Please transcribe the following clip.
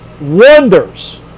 wonders